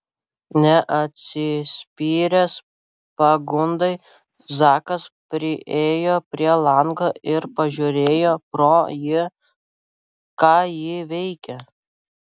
neatsispyręs pagundai zakas priėjo prie lango ir pažiūrėjo pro jį ką ji veikia